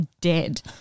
dead